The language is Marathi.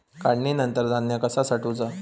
काढणीनंतर धान्य कसा साठवुचा?